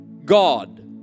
God